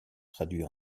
traduit